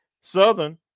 Southern